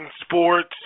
sports